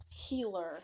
Healer